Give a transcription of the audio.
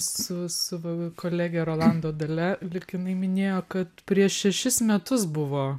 su su va kolege rolando dalia lyg jinai minėjo kad prieš šešis metus buvo